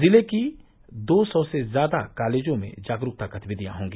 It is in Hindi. जिले के दो सौ से ज्यादा कालेजों में जागरूकता गतिविधियां होगी